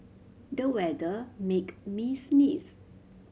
the weather make me sneeze